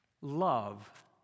love